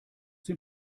den